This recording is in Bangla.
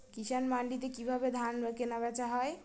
কৃষান মান্ডিতে কি ভাবে ধান কেনাবেচা হয়?